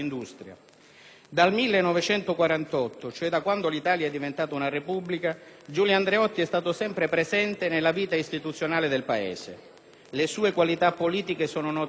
Dal 1948, cioè da quando l'Italia è diventata una Repubblica, Giulio Andreotti è stato sempre presente nella vita istituzionale del Paese. Le sue qualità politiche sono note a tutti: